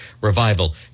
Revival